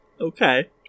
Okay